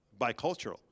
bicultural